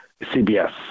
CBS